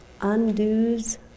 undoes